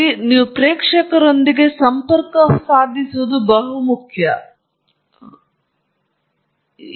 ಇವೆಲ್ಲವೂ ನಿಮ್ಮ ಪ್ರೇಕ್ಷಕರೊಂದಿಗೆ ಸಂಪರ್ಕ ಸಾಧಿಸಲು ನಾನು ಸೂಚಿಸುವ ಅಂಕಗಳು